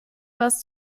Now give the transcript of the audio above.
was